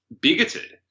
bigoted